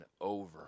over